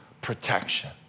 protection